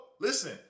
Listen